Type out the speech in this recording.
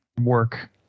work